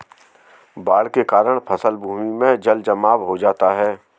बाढ़ के कारण फसल भूमि में जलजमाव हो जाता है